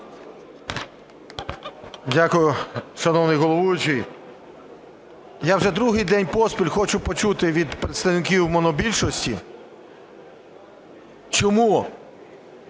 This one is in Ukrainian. Дякую, шановний головуючий. Я вже другий день поспіль хочу почути від представників монобільшості, чому